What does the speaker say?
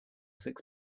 six